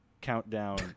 Countdown